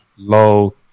low